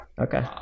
okay